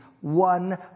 one